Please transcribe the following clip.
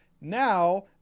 Now